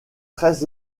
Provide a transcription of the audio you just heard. très